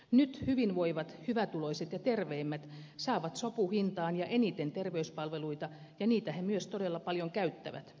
nyt hyvinvoivat hyvätuloiset ja terveimmät saavat sopuhintaan ja eniten terveyspalveluita ja niitä he myös todella paljon käyttävät